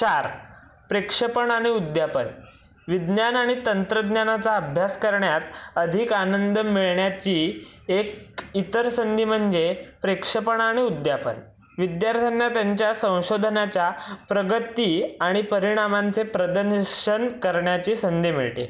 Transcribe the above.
चार प्रक्षेपण आणि उद्यापन विज्ञान आणि तंत्रज्ञानाचा अभ्यास करण्यात अधिक आनंद मिळण्याची एक इतर संधी म्हणजे प्रक्षेपण आणि उद्यापन विद्यार्थ्यांना त्यांच्या संशोधनाच्या प्रगती आणि परिणामांचे प्रदर्शन करण्याची संधी मिळते